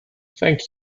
thank